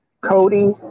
Cody